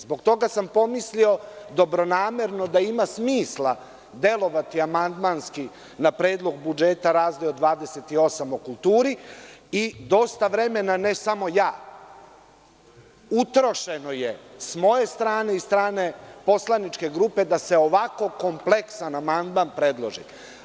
Zbog toga sam pomislio dobronamerno da ima smisla delovati amandmanski na Predlog budžeta, rezdeo 28. o kulturi, dosta vremena je utrošeno sa moje strane i od strane poslaničke grupe da se ovako kompleksan amandman predloži.